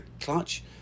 clutch